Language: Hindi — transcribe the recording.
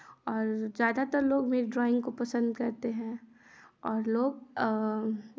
और ज़्यादातर लोग मेरी ड्राॅइंग को पसन्द करते हैं और लोग